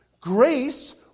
Grace